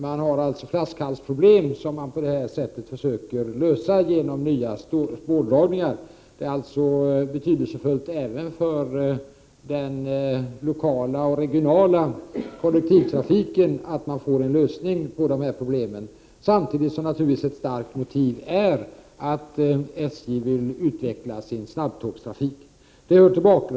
Man har flaskhalsproblem, som man försöker lösa genom en ny spårdragning. Detta är betydelsefullt även för den lokala och regionala kollektivtrafiken. Man behöver en lösning på dessa problem, samtidigt som det naturligtvis är ett starkt motiv att SJ vill utveckla sin snabbtågstrafik.